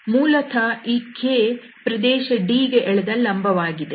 ಮೂಲತಃ ಈ k ಪ್ರದೇಶ D ಗೆ ಎಳೆದ ಲಂಬವಾಗಿದೆ